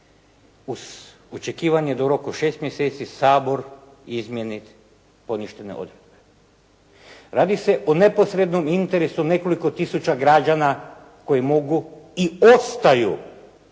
uz očekivanje da u roku 6 mjeseci Sabor izmijeni poništene odredbe. Radi se o neposrednom interesu nekoliko tisuća građana koji mogu i ostaju